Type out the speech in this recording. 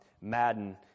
Madden